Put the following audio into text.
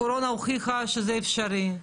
הקורונה הוכיחה שזה אפשרי.